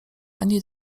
ani